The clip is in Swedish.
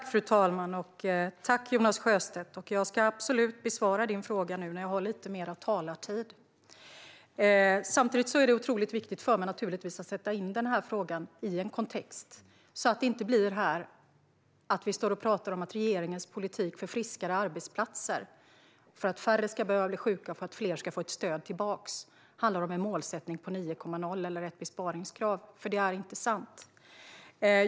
Fru talman! Tack, Jonas Sjöstedt! Jag ska absolut besvara din fråga nu när jag har lite mer talartid. Samtidigt är det naturligtvis otroligt viktigt för mig att sätta in denna fråga i en kontext så att vi inte står här och talar om att regeringens politik för friskare arbetsplatser och för att färre ska behöva bli sjuka och fler ska få stöd handlar om en målsättning på 9,0 dagar eller ett besparingskrav. Det är nämligen inte sant.